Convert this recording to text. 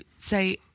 say